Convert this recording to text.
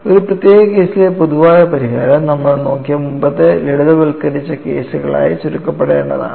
ഒരു പ്രത്യേക കേസിലെ പൊതുവായ പരിഹാരം നമ്മൾ നോക്കിയ മുമ്പത്തെ ലളിതവൽക്കരിച്ച കേസുകളായി ചുരുക്കേണ്ടതാണ്